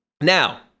Now